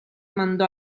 mandò